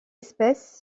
espèce